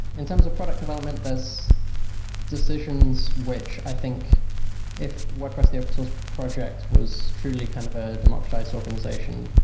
in terms of product development, there's decisions, which i think if wordpress, the open source project was truly kind of a democratized organization,